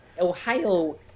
ohio